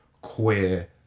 queer